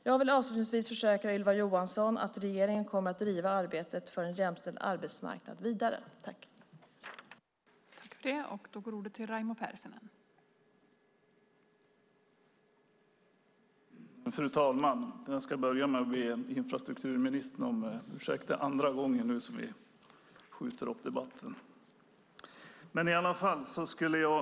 Jag vill avslutningsvis försäkra Ylva Johansson att regeringen kommer att driva arbetet för en jämställd arbetsmarknad vidare. Då Ylva Johansson, som framställt interpellationen, anmält att hon var förhindrad att närvara vid sammanträdet medgav tredje vice talmannen att Raimo Pärssinen i stället fick delta i överläggningen.